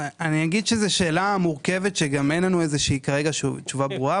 זאת שאלה מורכבת, ואין לנו איזושהי תשובה ברורה.